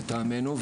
לטעמנו,